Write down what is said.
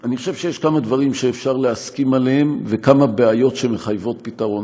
אני חושב שיש כמה דברים שאפשר להסכים עליהם וכמה בעיות שמחייבות פתרון.